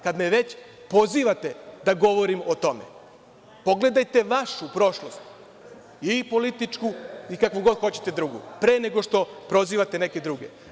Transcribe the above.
Kad me već pozivate da govorim o tome, pogledajte vašu prošlosti, i političku i kakvu god hoćete drugu, pre nego što prozivate neke druge.